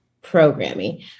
programming